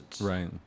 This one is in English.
Right